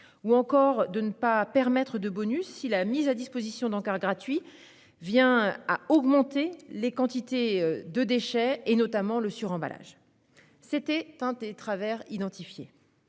au fait de ne pas permettre de bonus si la mise à disposition d'encarts gratuits vient augmenter les quantités déchets, notamment le suremballage. C'était l'un des travers identifiés.